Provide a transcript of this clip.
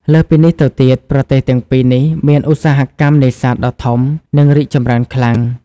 លើសពីនេះទៅទៀត ប្រទេសទាំងពីរនេះមានឧស្សាហកម្មនេសាទដ៏ធំ និងរីកចម្រើនខ្លាំង។